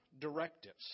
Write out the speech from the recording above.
directives